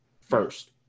first